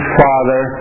father